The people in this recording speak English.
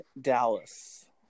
Dallas